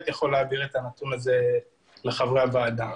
יכול להעביר את הנתון הזה לחברי הוועדה.